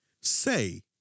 Say